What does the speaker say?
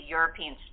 European